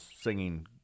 singing